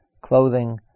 clothing